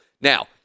Now